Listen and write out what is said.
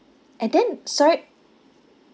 and then sorry